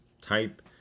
type